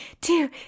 two